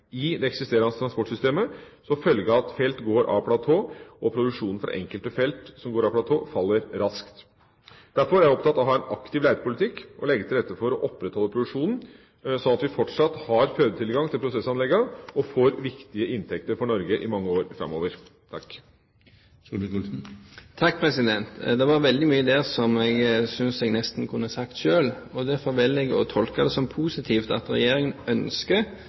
i det eksisterende transportsystemet som følge av at felt går av platå, og produksjonen fra enkelte felt som går av platå, faller raskt. Derfor er jeg opptatt av å ha en aktiv letepolitikk og legge til rette for å opprettholde produksjonen, sånn at vi fortsatt har fødetilgang til prosessanleggene og får viktige inntekter for Norge i mange år framover. Det var veldig mye her som jeg synes jeg nesten kunne sagt selv. Derfor velger jeg å tolke det som positivt at Regjeringen ønsker